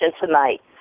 tonight